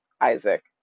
Isaac